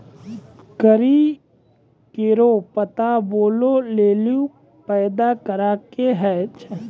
करी केरो पत्ता बालो लेलि फैदा कारक छै